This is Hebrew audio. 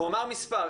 הוא אמר מספר.